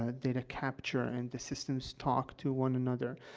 ah data capture, and the systems talk to one another,